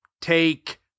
take